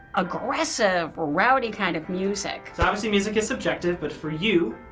aggressive, rowdy kind of music. so, obviously, music is subjective, but for you,